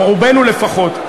או רובנו לפחות,